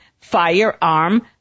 firearm